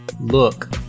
Look